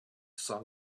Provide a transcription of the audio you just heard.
sun